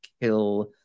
kill